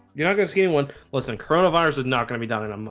you're not gonna see anyone. listen colonel virus is not gonna be done in um